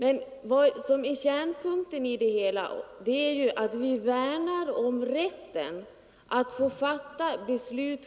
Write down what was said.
Men vad som är kärnpunkten i det hela är att vi värnar om rätten att få fatta sluta